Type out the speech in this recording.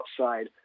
outside